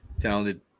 Talented